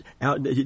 out